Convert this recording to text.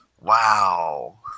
wow